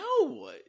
no